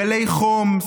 גלי חום,